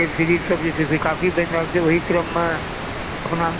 web series सभ जे छै काफी बनि रहल छै ओहि क्रममे अपना